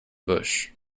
bush